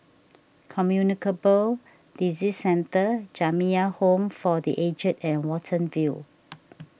Communicable Disease Centre Jamiyah Home for the Aged and Watten View